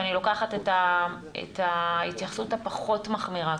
ואני לוקחת את ההתייחסות הפחות מחמירה,